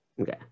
Okay